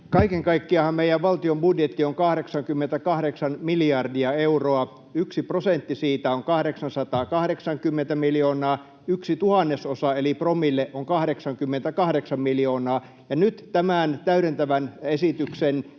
Kaiken kaikkiaanhan meidän valtion budjetti on 88 miljardia euroa. Yksi prosentti siitä on 880 miljoonaa. Yksi tuhannesosa, eli promille, on 88 miljoonaa, ja nyt tämän täydentävän esityksen